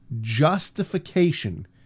justification